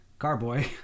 Carboy